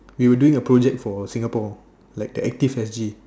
we were doing a project for Singapore like the active S_G